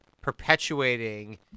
perpetuating